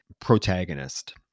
protagonist